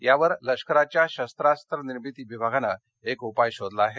यावर लष्कराच्या शस्त्रास्त्रं निर्मिती विभागानं एक उपाय शोधला आहे